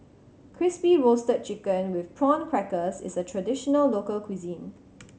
Crispy Roasted Chicken with Prawn Crackers is a traditional local cuisine